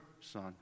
son